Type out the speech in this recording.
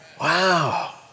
Wow